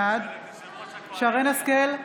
בעד שרן מרים השכל,